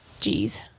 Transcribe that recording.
Jeez